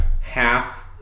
half